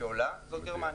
שעולה היא גרמניה.